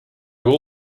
were